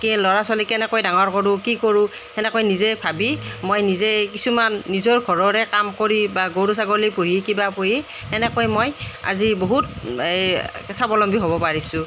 ল'ৰা ছোৱালীক কেনেকৈ ডাঙৰ কৰোঁ কি কৰোঁ সেনেকৈ নিজে ভাবি মই নিজে কিছুমান নিজৰ ঘৰৰে কাম কৰি বা গৰু ছাগলী পুহি বা কিবা পুহি সেনেকৈ মই আজি বহুত এই স্বাৱলম্বী হ'ব পাৰিছোঁ